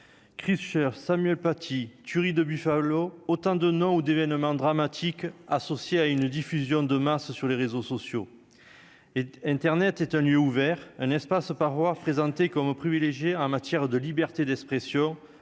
Chris cher Samuel Paty tuerie de Buffalo autant donnant ou d'événements dramatiques, associé à une diffusion de masse sur les réseaux sociaux et Internet est tenu ouvert un espace par voir comme en matière de liberté d'expression